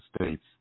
states